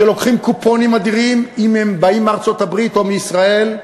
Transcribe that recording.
שלוקחים קופונים אדירים אם הם באים מארצות-הברית או מישראל,